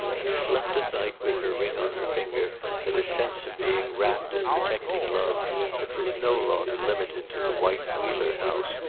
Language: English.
and slept at night with her ring on her finger and a sense of being wrapped in protecting love that was no longer limited to the white wheeler house,